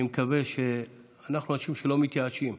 אנחנו אנשים שלא מתייאשים.